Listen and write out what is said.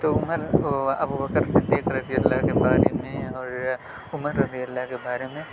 تو عمر و ابوبکر صدیق رضی اللہ کے بارے میں اور عمر رضی اللہ کے بارے میں